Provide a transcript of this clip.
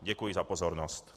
Děkuji za pozornost.